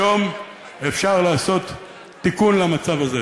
היום אפשר לעשות תיקון למצב הזה.